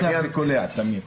עושה קצר וקולע תמיד.